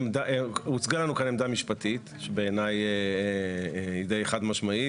הוצגה לנו כאן עמדה משפטית שבעיניי היא די חד משמעית,